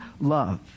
love